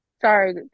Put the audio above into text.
Sorry